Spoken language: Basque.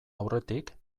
aurretik